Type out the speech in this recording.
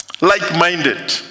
Like-minded